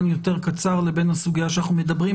יותר קצר לבין הסוגיה שאנחנו מדברים,